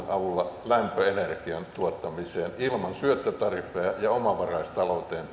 avulla ja lämpöenergian tuottamiseen tuulen avulla ilman syöttötariffeja ja omavaraistalouteen